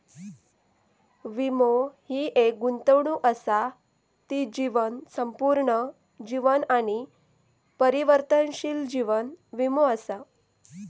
वीमो हि एक गुंतवणूक असा ती जीवन, संपूर्ण जीवन आणि परिवर्तनशील जीवन वीमो असा